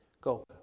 Go